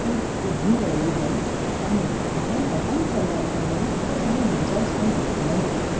કોઈક ઊભું રહયું હોય અને આપણે પતંગ ચગવતા હોય તો તેની મજા જ કંઇક અલગ છે